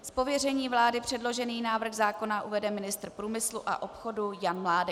Z pověření vlády předložený návrh zákona uvede ministr průmyslu a obchodu Jan Mládek.